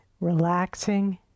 Relaxing